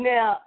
Now